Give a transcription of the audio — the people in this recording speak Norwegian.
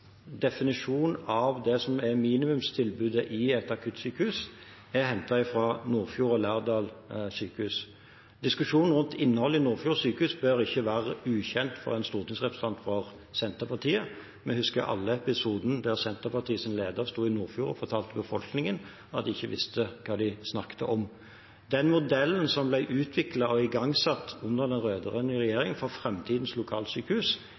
definisjon av det som skal være minimumstilbudet i et akuttsykehus, er hentet fra Nordfjord sjukehus og Lærdal sjukehus. Diskusjonen rundt innholdet i Nordfjord sjukehus bør ikke være ukjent for en stortingsrepresentant fra Senterpartiet. Vi husker alle episoden der Senterpartiets leder sto i Nordfjord og fortalte befolkningen at de ikke visste hva de snakket om. Den modellen for framtidens lokalsykehus som ble utviklet og igangsatt under den